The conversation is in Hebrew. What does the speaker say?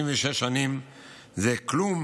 56 שנים הן כלום